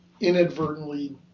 inadvertently